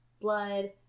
blood